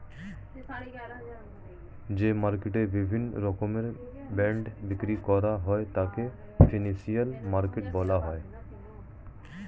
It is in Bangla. যে মার্কেটে বিভিন্ন রকমের বন্ড বিক্রি করা হয় তাকে ফিনান্সিয়াল মার্কেট বলা হয়